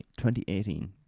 2018